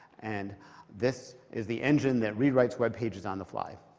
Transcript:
and this is the engine that rewrites webpages on the fly.